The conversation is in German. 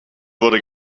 wurde